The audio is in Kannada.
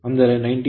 ಅಂದರೆ 98